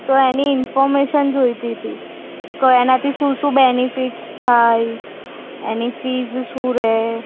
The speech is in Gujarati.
તો એની ઇન્ફોર્મેશન જોઈતી તી ક એનાથી શું શું બેનિફિટ થાય એની ફીસ શું રહે